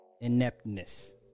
ineptness